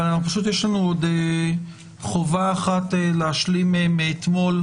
אבל יש לנו חובה אחת להשלים מאתמול,